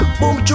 boom